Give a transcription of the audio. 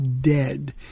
dead